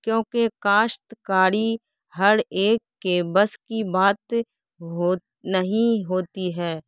کیونکہ کاشتکاری ہر ایک کے بس کی بات ہو نہیں ہوتی ہے